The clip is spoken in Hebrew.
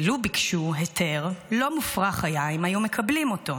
ולו ביקשו היתר, לא מופרך היה אם היו מקבלים אותו.